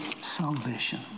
salvation